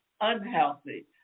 unhealthy